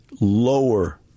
lower